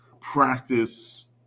practice